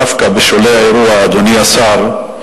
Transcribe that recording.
דווקא בשולי האירוע, אדוני השר,